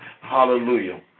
Hallelujah